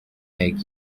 egg